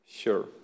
Sure